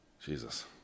Jesus